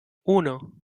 uno